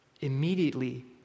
immediately